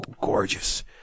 gorgeous